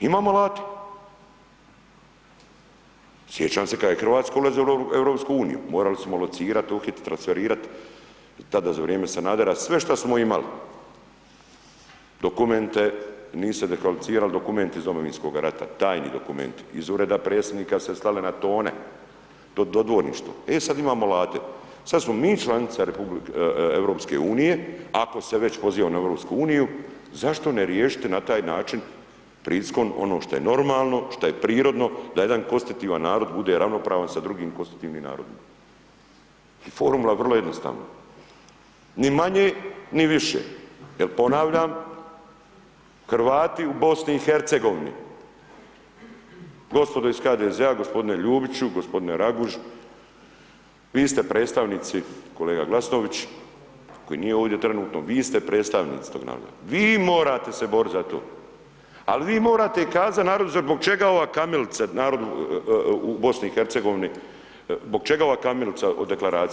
imamo alate, sjećam se kad je RH ulazila u EU, morali smo locirati, uhititi, transferirati, tada za vrijeme Sanadera sve što smo imali, dokumente, nisu se dekvalificirali dokumenti iz Domovinskoga rata, tajni dokumenti, iz ureda predsjednika se slale na tone do dodvorništva, e sad imamo alate, sad smo mi članica EU ako se već pozivamo na EU, zašto ne riješiti na taj način… [[Govornik se ne razumije]] ono što je normalno, što je prirodno da jedan konstitutivan narod bude ravnopravan sa drugim konstitutivnim narodima i formula vrlo jednostavno, ni manje, ni više, jel ponavljam, Hrvati u BiH, gospodo iz HDZ-a, gospodine Ljubiću, gospodine Raguž, vi ste predstavnici, kolega Glasnović, koji nije ovdje trenutno, vi ste predstavnici toga naroda, vi morate se boriti za to, al, vi morate i kazati narodu zbog čega ova kamilica narodu u BiH, zbog čega ova kamilica o Deklaraciji.